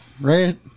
right